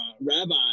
rabbi